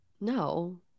No